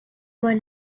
were